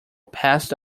passed